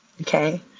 okay